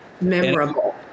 memorable